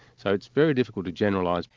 so it's very difficult to generalise.